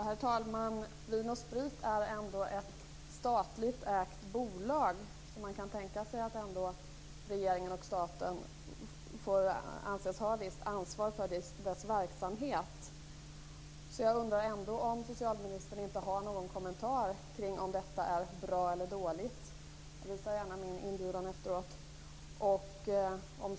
Herr talman! Vin & Sprit är ändå ett statligt ägt bolag. Man kan då tänka sig att regeringen och staten får anses ha ett visst ansvar för dess verksamhet. Jag undrar ändå om inte socialministern har någon kommentar kring om detta är bra eller dåligt - hon kan gärna få min inbjudan efter debatten.